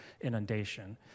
inundation